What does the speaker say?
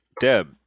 Deb